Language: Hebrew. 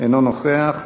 אינו נוכח.